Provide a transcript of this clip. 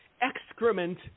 excrement